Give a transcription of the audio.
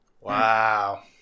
Wow